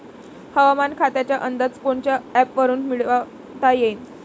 हवामान खात्याचा अंदाज कोनच्या ॲपवरुन मिळवता येईन?